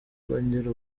kongera